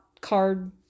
card